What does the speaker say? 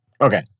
Okay